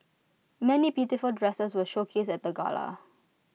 many beautiful dresses were showcased at the gala